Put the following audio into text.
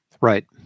Right